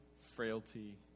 frailty